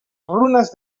runes